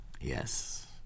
Yes